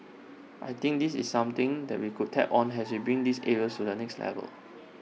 I think this is something that we could tap on as we bring these areas to the next level